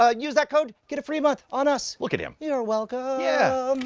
ah use that code, get a free month on us. look at him. you're welcome. yeah.